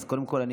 אז קודם כול,